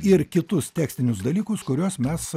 ir kitus tekstinius dalykus kuriuos mes